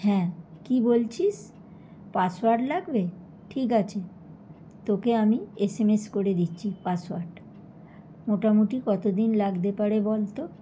হ্যাঁ কি বলছিস পাসওয়ার্ড লাগবে ঠিক আছে তোকে আমি এস এম এস করে দিচ্ছি পাসওয়ার্ড মোটামোটি কতদিন লাগতে পারে বলতো